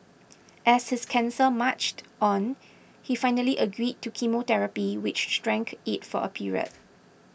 as his cancer marched on he finally agreed to chemotherapy which shrank it for a period